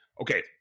Okay